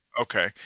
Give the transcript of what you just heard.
Okay